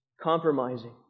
compromising